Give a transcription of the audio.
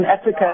Africa